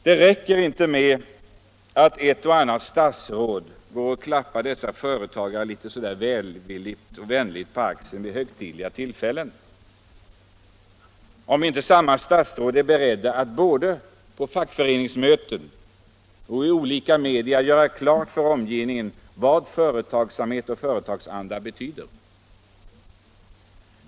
Det räcker inte med att ett och annat statsråd klappar dessa företagare litet välvilligt och vänligt på axeln vid högtidliga tillfällen, om inte samma statsråd är beredd att både på fackföreningsmöten och i olika media göra klart för omgivningen vad företagsamhet och företagaranda betyder.